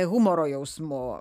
humoro jausmu